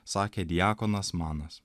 sakė diakonas manas